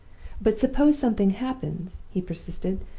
but suppose something happens he persisted,